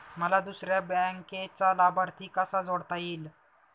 मला दुसऱ्या बँकेचा लाभार्थी कसा जोडता येईल?